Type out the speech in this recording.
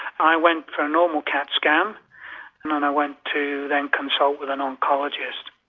i went for a normal cat scan and then i went to then consult with an oncologist.